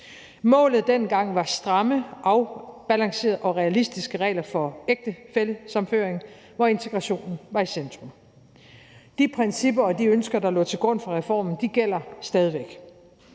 Målet dengang var stramme, afbalancerede og realistiske regler for ægtefællesammenføring, hvor integrationen var i centrum. De principper og de ønsker, der lå til grund for reformen, gælder stadig væk.